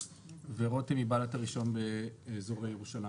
ורותם היא בעלת הרישיון באזורי ירושלים.